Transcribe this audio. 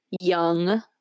young